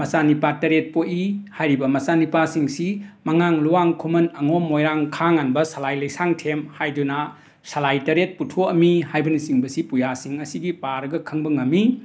ꯃꯆꯥꯅꯤꯄꯥ ꯇꯔꯦꯠ ꯄꯣꯛꯏ ꯍꯥꯏꯔꯤꯕ ꯃꯆꯥꯅꯤꯄꯥꯁꯤꯡꯁꯤ ꯃꯉꯥꯡ ꯂꯨꯋꯥꯡ ꯈꯨꯃꯟ ꯑꯉꯣꯝ ꯃꯣꯏꯔꯥꯡ ꯈꯥ ꯉꯥꯟꯕꯥ ꯁꯂꯥꯏ ꯂꯩꯁꯥꯡꯊꯦꯝ ꯍꯥꯏꯗꯨꯅ ꯁꯂꯥꯏ ꯇꯔꯦꯠ ꯄꯨꯊꯣꯛꯑꯝꯃꯤ ꯍꯥꯏꯕꯅꯆꯤꯡꯕꯁꯤ ꯄꯨꯌꯥꯁꯤꯡ ꯑꯁꯤꯒꯤ ꯄꯥꯔꯒ ꯈꯪꯕ ꯉꯝꯃꯤ